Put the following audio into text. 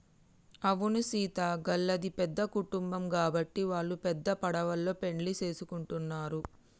అవును సీత గళ్ళది పెద్ద కుటుంబం గాబట్టి వాల్లు పెద్ద పడవలో పెండ్లి సేసుకుంటున్నరు